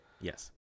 Yes